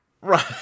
right